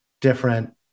different